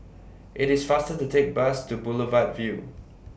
IT IS faster to Take Bus to Boulevard Vue